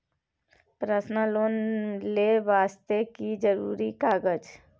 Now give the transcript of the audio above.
Personal loan ले वास्ते की जरुरी कागज?